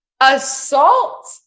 assault